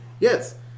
Yes